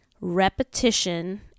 repetition